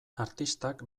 artistak